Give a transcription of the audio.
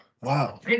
wow